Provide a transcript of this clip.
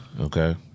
Okay